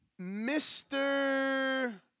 Mr